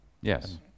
yes